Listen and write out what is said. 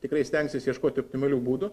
tikrai stengsis ieškoti optimalių būdų